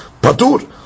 patur